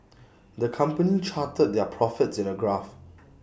the company charted their profits in A graph